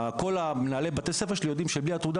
וכל מנהלי בתי הספר שלי יודעים שבלי התעודה